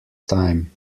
time